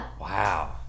Wow